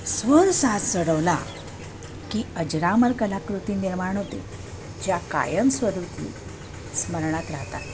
स्वरसाज चढवला की अजरामर कलाकृती निर्माण होते ज्या कायमस्वरूपी स्मरणात राहतात